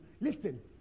listen